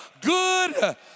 good